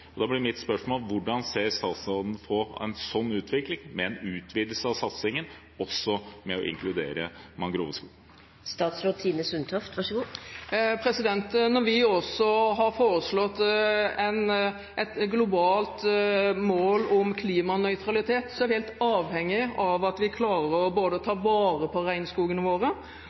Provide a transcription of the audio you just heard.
Da blir mitt spørsmål: Hvordan ser statsråden på en slik utvikling, med en utvidelse av satsingen, også med å inkludere mangroveskog? Når vi også har foreslått et globalt mål om klimanøytralitet, er vi helt avhengige av at vi klarer både å ta